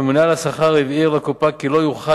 הממונה על השכר הבהיר לקופה כי לא יוכל